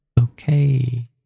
Okay